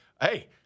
Hey